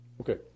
Okay